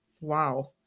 Wow